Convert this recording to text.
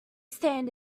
stand